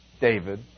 David